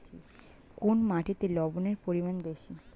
কোন মাটিতে লবণের পরিমাণ বেশি?